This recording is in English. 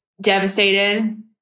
devastated